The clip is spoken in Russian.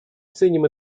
ценим